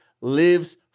lives